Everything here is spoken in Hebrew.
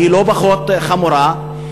והיא לא פחות חשובה,